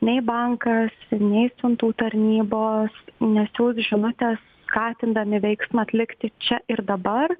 nei bankas nei siuntų tarnybos nesiųs žinutės skatindami veiksmą atlikti čia ir dabar